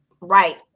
right